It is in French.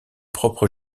propre